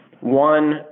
One